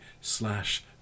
slash